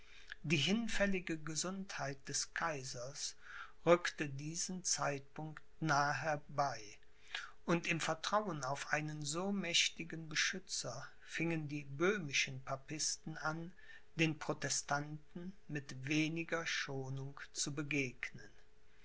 die hinfällige gesundheit des kaisers rückte diesen zeitpunkt nahe herbei und im vertrauen auf einen so mächtigen beschützer fingen die böhmischen papisten an den protestanten mit weniger schonung zu begegnen